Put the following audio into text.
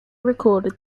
recorded